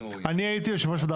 אני הייתי יושב ראש בוועדה